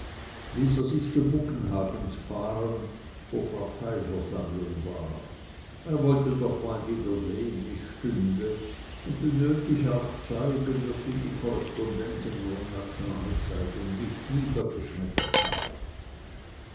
ließ er sich zu buggenhagens fahren wo parteiversammlung war er wollte doch mal wieder sehen wie's stünde und wenn nötig auch zeigen daß ihn die korrespondenz in der nationalzeitung nicht niedergeschmettert habe